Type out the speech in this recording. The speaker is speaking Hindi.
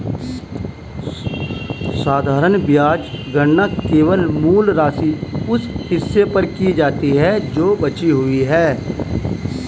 साधारण ब्याज गणना केवल मूल राशि, उस हिस्से पर की जाती है जो बची हुई है